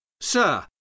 Sir